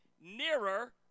nearer